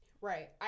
right